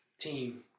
team